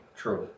true